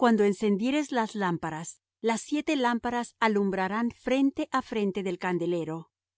cuando encendieres las lámparas las siete lámparas alumbrarán frente á frente del candelero y